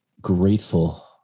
grateful